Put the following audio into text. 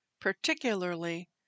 particularly